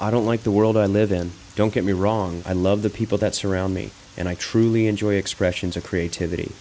i don't like the world i live in don't get me wrong i love the people that's around me and i truly enjoy expressions of creativity